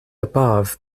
above